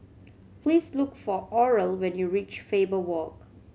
please look for Oral when you reach Faber Walk